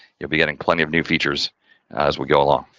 you'll be getting plenty of new features as we go along.